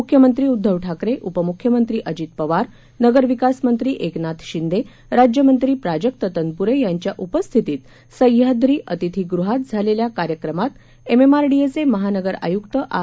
मुख्यमंत्री उद्धव ठाकरे उपमुख्यमंत्री अजित पवार नगरविकास मंत्री एकनाथ शिंदे राज्यमंत्री प्राजक्त तनपुरे यांच्या उपस्थितीत सह्याद्री अतिथीगृहात झालेल्या कार्यक्रमात एमएमआरडीएचे महानगर आयुक्त आर